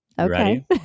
Okay